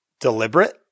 deliberate